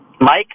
Mike